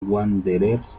wanderers